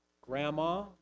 grandma